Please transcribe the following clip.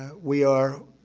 we are